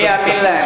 מי יאמין להם?